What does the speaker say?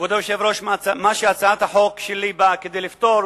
כבוד היושב-ראש, מה שהצעת החוק שלי באה לפתור,